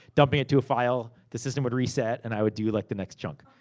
dumping it to a file, the system would reset, and i would do like the next chunk.